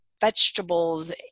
vegetables